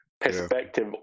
perspective